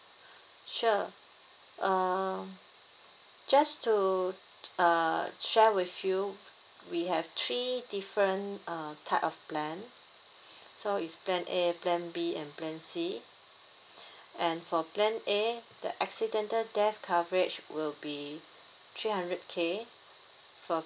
sure uh just to uh share with you we have three different uh type of plan so it's plan A plan B and plan C and for plan A the accidental death coverage will be three hundred K for